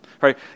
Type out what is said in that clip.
right